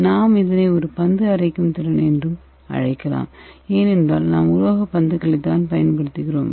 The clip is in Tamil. நாம் இதனை ஒரு பந்து அரைக்கும் திறன் என்றும் அழைக்கலாம் ஏனென்றால் நாம் உலோக பந்துகளை தான் பயன்படுத்துகிறோம்